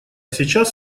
сейчас